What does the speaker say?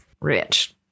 Rich